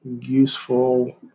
useful